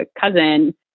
cousin